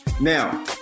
Now